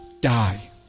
die